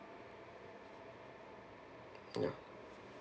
ya